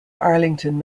arlington